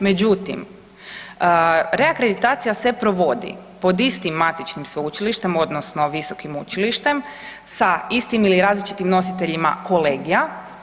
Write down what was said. Međutim, reakreditacija se provodi pod istim matičnim sveučilištem odnosno visokim učilištem, sa istim ili različitim nositeljima kolegija.